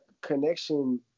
connection